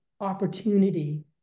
opportunity